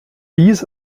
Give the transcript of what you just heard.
dies